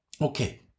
Okay